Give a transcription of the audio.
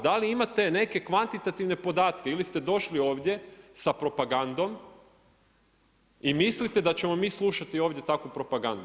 Da li imate neke kvantitativne podatke ili ste došli ovdje sa propagandom i mislite da ćemo mi slušati ovdje takvu propagandu?